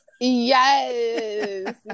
yes